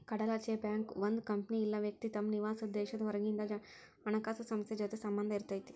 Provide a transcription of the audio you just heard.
ಕಡಲಾಚೆಯ ಬ್ಯಾಂಕ್ ಒಂದ್ ಕಂಪನಿ ಇಲ್ಲಾ ವ್ಯಕ್ತಿ ತಮ್ ನಿವಾಸಾದ್ ದೇಶದ್ ಹೊರಗಿಂದ್ ಹಣಕಾಸ್ ಸಂಸ್ಥೆ ಜೊತಿ ಸಂಬಂಧ್ ಇರತೈತಿ